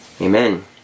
Amen